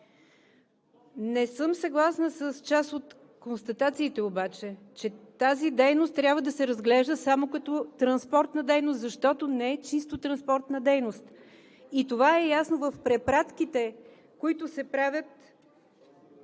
Не съм съгласна с част от констатациите обаче, че тази дейност трябва да се разглежда само като транспортна дейност, защото не е чисто транспортна. И това е ясно в препратките, които се правят,